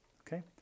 okay